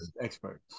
Experts